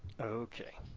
okay